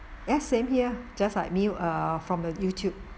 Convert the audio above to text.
ya same here just like mil~ err from the YouTube